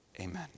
Amen